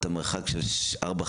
אתה במרחק של ארבע,